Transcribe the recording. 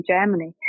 Germany